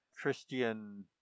Christian